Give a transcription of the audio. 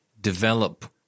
develop